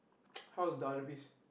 how's